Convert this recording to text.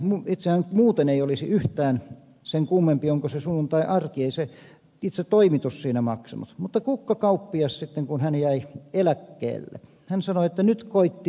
itse se ei muuten olisi yhtään sen kummempi onko se sunnuntai tai arki ei se itse toimitus siinä maksanut mutta kukkakauppias sitten kun hän jäi eläkkeelle sanoi että nyt koitti minullekin sunnuntai